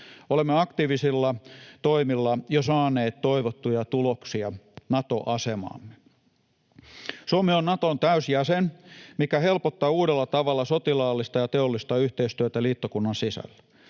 Olemme aktiivisilla toimilla jo saaneet toivottuja tuloksia Nato-asemaamme. Suomi on Naton täysjäsen, mikä helpottaa uudella tavalla sotilaallista ja teollista yhteistyötä liittokunnan sisällä.